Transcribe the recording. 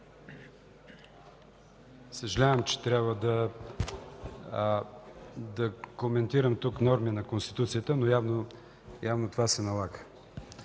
Съжалявам, че трябва да коментирам тук норми на Конституцията, но явно това се налага.